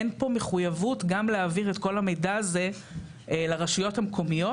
אין פה מחויבות גם להעביר את כל המידע הזה לרשויות המקומיות.